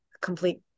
complete